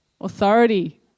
authority